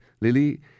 Lily